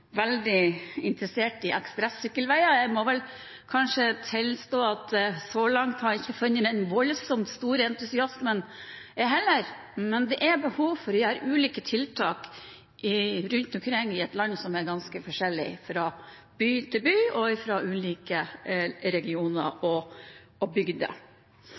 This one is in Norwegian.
veldig interessert i ekspress-sykkelveier. Jeg må vel kanskje tilstå at så langt har jeg ikke funnet den voldsomt store entusiasmen, men det er behov for å gjøre ulike tiltak rundt omkring i et land som er ganske forskjellig fra by til by og i ulike regioner og